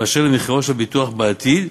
אשר למחירו של הביטוח בעתיד,